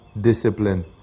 discipline